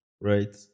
right